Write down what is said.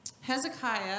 Hezekiah